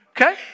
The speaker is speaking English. okay